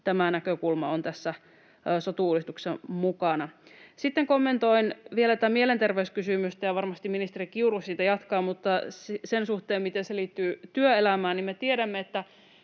tämä näkökulma on tässä sotu-uudistuksessa mukana. Sitten kommentoin vielä tätä mielenterveyskysymystä, ja varmasti ministeri Kiuru siitä jatkaa. Mutta sen suhteen, miten se liittyy työelämään, me tiedämme, että